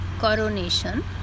coronation